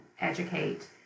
educate